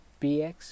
bx